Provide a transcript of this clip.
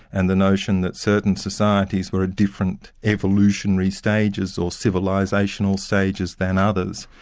and the notion that certain societies were at different evolutionary stages or civilisational stages than others.